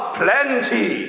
plenty